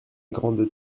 grande